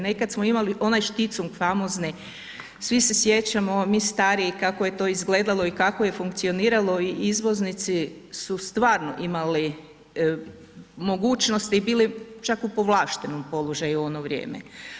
Nekad smo imali onaj šticung famozni, svi se sjećamo mi stariji, kako je to izgledalo i kako je funkcioniralo i izvoznici su stvarno imali mogućnosti i bili čak u povlaštenom položaju u ono vrijeme.